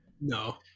No